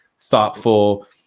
thoughtful